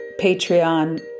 Patreon